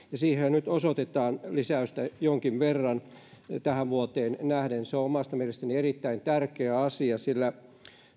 siihenhän nyt osoitetaan jonkin verran lisäystä tähän vuoteen nähden se on omasta mielestäni erittäin tärkeä asia sillä